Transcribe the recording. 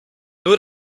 nur